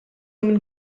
minn